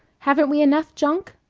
haven't we enough junk?